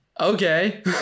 Okay